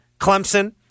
Clemson